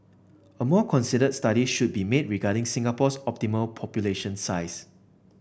a more considered study should be made regarding Singapore's optimal population size